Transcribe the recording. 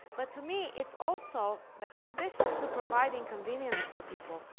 but to me it's also but in addition to providing convenience for people,